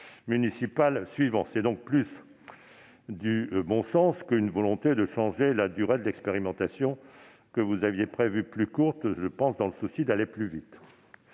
donc davantage du bon sens que d'une volonté de changer la durée de l'expérimentation, que vous aviez prévue plus courte, je suppose, dans un souci d'aller plus vite.